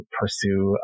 pursue